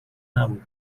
نبود